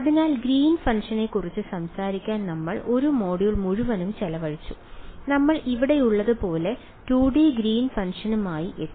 അതിനാൽ ഗ്രീൻസ് ഫംഗ്ഷനുകളെക്കുറിച്ച് സംസാരിക്കാൻ നമ്മൾ ഒരു മൊഡ്യൂൾ മുഴുവനും ചെലവഴിച്ചു നമ്മൾ ഇവിടെയുള്ളതുപോലെ 2D ഗ്രീൻസ് ഫംഗ്ഷനുമായി എത്തി